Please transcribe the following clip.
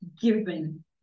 given